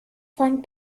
von